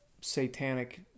satanic